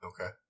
Okay